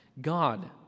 God